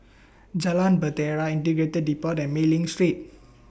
Jalan Bahtera Integrated Depot and Mei Ling Street